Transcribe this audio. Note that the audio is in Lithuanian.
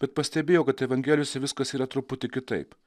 bet pastebėjau kad evangelijose viskas yra truputį kitaip